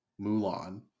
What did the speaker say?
Mulan